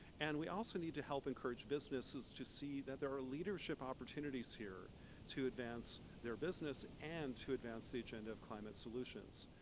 and we also need to help encourage businesses to see that there are leadership opportunities here to advance their business and to advance the agenda of climate solutions.